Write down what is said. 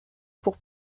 pour